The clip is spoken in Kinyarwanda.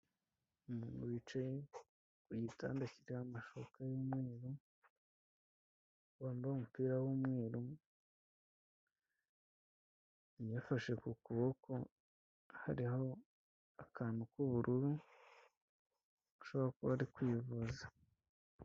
Umuntu wicaye ku gitanda kiriho amashuka y'umweru, wambaye umupira w'umweru yafashe ku kuboko, hariho akantu k'ubururu ashobora kuba ari kwivuza.